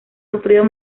sufrido